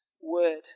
Word